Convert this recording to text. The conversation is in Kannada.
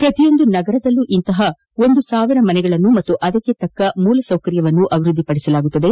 ಪ್ರತಿಯೊಂದು ನಗರದಲ್ಲೂ ಇಂತಹ ಒಂದು ಸಾವಿರ ಮನೆಗಳನ್ನು ಹಾಗೂ ಅದಕ್ಕೆ ಅಗತ್ಯ ಮೂಲಸೌಕರ್ಯವನ್ನು ಅಭಿವೃದ್ಧಿಪಡಿಸಲಾಗುವುದು